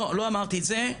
לא אמרתי את זה,